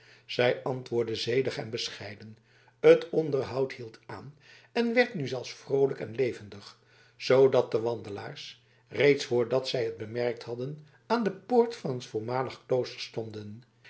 zij antwoordde zedig en bescheiden het onderhoud hield aan en werd nu zelfs vroolijk en levendig zoodat de wandelaars reeds voordat zij het bemerkt hadden aan de poort van het voormalige klooster stonden